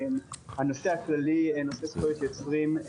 הנושא הכללי, זכויות יוצרים.